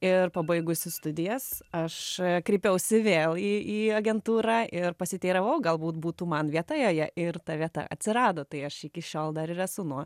ir pabaigusi studijas aš kreipiausi vėl į į agentūrą ir pasiteiravau galbūt būtų man vieta joje ir ta vieta atsirado tai aš iki šiol dar ir esu nuo